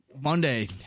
Monday